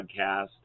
podcast